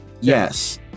Yes